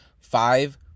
five